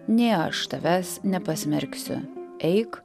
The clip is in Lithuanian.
nei aš tavęs nepasmerksiu eik